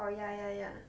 orh ya ya ya